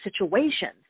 situations